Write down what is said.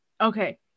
Okay